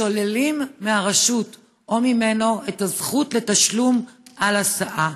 שוללים מהרשות, או ממנו, את הזכות לתשלום על הסעה.